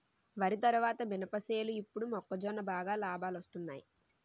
వరి తరువాత మినప సేలు ఇప్పుడు మొక్కజొన్న బాగా లాబాలొస్తున్నయ్